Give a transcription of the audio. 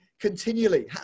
continually